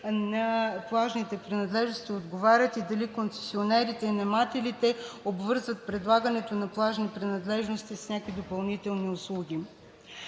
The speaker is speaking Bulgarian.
на плажните принадлежности отговарят и дали концесионерите, наемателите обвързват предлагането на плажни принадлежности с някакви допълнителни услуги.